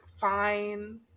fine